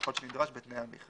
ככל שנדרש בתנאי המכרז,